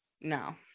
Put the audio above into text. no